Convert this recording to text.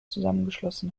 zusammengeschlossen